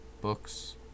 books